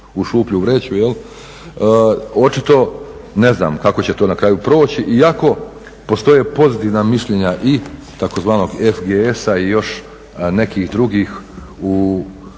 u šuplju vreću. Očito ne znam kako će to na kraju proći, iako postoje pozitivna mišljenja i tzv. FGS-a i još nekih drugih u